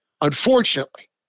unfortunately